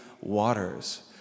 waters